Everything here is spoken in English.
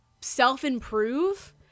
self-improve